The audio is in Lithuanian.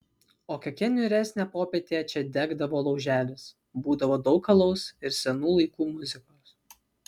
o kokią niūresnę popietę čia degdavo lauželis būdavo daug alaus ir senų laikų muzikos